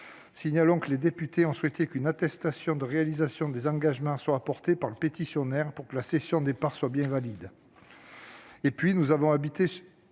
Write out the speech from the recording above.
un candidat. Les députés ont souhaité qu'une attestation de réalisation des engagements soit apportée par le pétitionnaire pour que la cession de part soit bien valide.